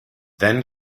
then